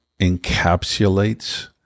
encapsulates